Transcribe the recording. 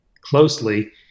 closely